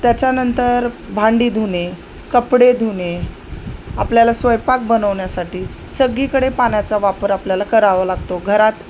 त्याच्यानंतर भांडी धुणे कपडे धुणे आपल्याला स्वयंपाक बनवण्यासाठी सगळीकडे पाण्याचा वापर आपल्याला करावा लागतो घरात